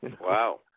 Wow